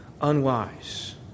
unwise